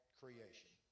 creation